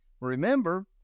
Remember